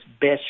best